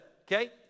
okay